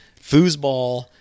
foosball